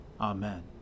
Amen